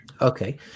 Okay